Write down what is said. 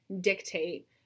dictate